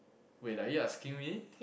wait are you asking me